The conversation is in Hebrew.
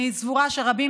אני סבורה שרבים,